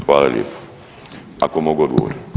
Hvala lijepo, ako mogu odgovor.